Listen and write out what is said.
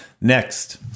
Next